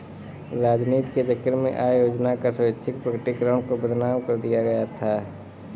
राजनीति के चक्कर में आय योजना का स्वैच्छिक प्रकटीकरण को बदनाम कर दिया गया था